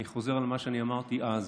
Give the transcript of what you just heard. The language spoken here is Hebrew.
אני חוזר על מה שאני אמרתי אז: